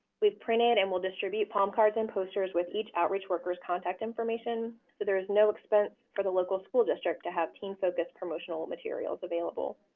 we've printed and will distribute palm cards and posters with each outreach worker's contact information. so there is no expense to the local school district to have teen focused promotional materials available.